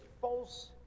false